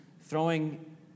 throwing